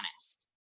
honest